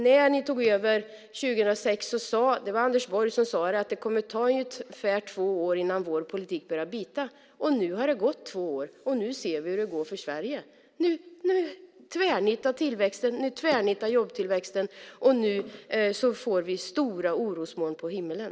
När ni tog över 2006 sade Anders Borg att det skulle ta ungefär två år innan er politik skulle börja bita. Nu har det gått två år. Nu ser vi hur det går för Sverige. Nu tvärnitar tillväxten, och nu tvärnitar jobbtillväxten. Nu får vi stora orosmoln på himlen.